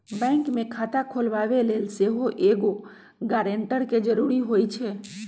bank में खता खोलबाबे लेल सेहो एगो गरानटर के जरूरी होइ छै